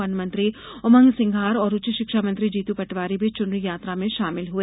one मंत्री उमंग सिंघार और उच्च शिक्षा मंत्री जीतू पटवारी भी चुनरी यात्रा में शामिल हुए